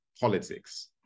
Politics